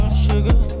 sugar